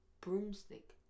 Broomstick